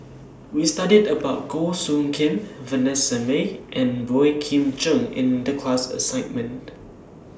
We studied about Goh Soo Khim Vanessa Mae and Boey Kim Cheng in The class assignment